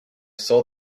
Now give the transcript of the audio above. saw